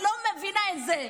אני לא מבינה את זה.